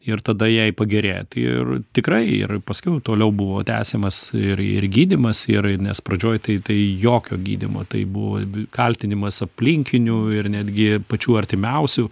ir tada jai pagerėja tai ir tikrai ir paskiau toliau buvo tęsiamas ir ir gydymas ir nes pradžioj tai tai jokio gydymo tai buvo kaltinimas aplinkinių ir netgi pačių artimiausių